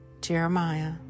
Jeremiah